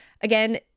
Again